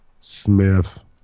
Smith